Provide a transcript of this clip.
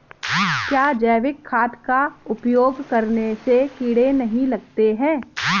क्या जैविक खाद का उपयोग करने से कीड़े नहीं लगते हैं?